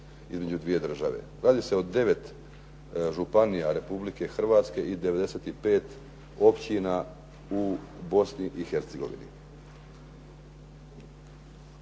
između dvije države. Radi se o 9 županija Republike Hrvatske i 95 općina u Bosni i Hercegovini.